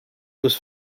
was